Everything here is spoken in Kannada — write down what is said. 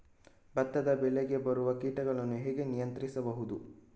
ಭತ್ತದ ಬೆಳೆಗೆ ಬರುವ ಕೀಟಗಳನ್ನು ಹೇಗೆ ನಿಯಂತ್ರಿಸಬಹುದು?